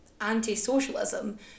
anti-socialism